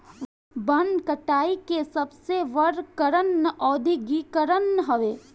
वन कटाई के सबसे बड़ कारण औद्योगीकरण हवे